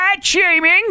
shaming